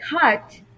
cut